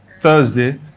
Thursday